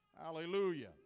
Hallelujah